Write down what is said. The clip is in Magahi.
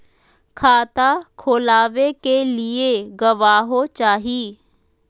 खाता खोलाबे के लिए गवाहों चाही?